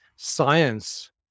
science